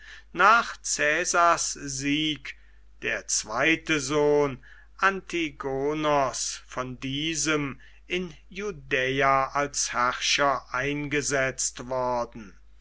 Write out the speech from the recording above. nach caesars sieg der zweite sohn antigonos von diesem in judäa als herrscher eingesetzt worden